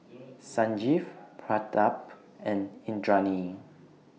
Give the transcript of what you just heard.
Sanjeev Pratap and Indranee